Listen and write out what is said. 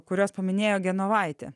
kuriuos paminėjo genovaitė